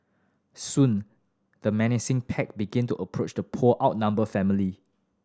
soon the menacing pack begin to approach the poor outnumbered family